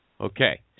Okay